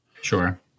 Sure